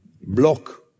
block